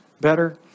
better